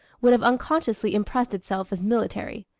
would have unconsciously impressed itself as military.